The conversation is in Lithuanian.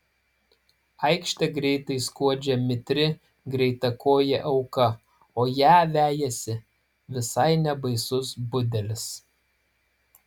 aikšte greitai skuodžia mitri greitakojė auka o ją vejasi visai nebaisus budelis